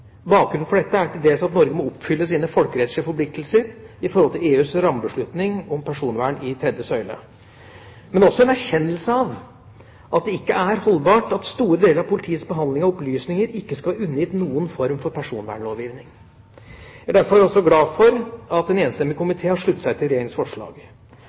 Bakgrunnen for dette er dels at Norge må oppfylle sine folkerettslige forpliktelser i forhold til EUs rammebeslutning om personvern tredje søyle, men er også en erkjennelse av at det ikke er holdbart at store deler av politiets behandling av opplysninger ikke skal være undergitt noen form for personvernlovgivning. Jeg er derfor også glad for at en enstemmig komité har sluttet seg til Regjeringas forslag.